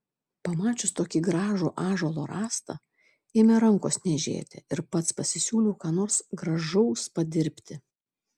pamačius tokį gražų ąžuolo rąstą ėmė rankos niežėti ir pats pasisiūliau ką nors gražaus padirbti